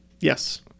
Yes